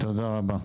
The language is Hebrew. תודה רבה.